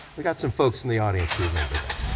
we got some folks in the audience who remember that.